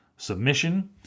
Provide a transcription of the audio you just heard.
Submission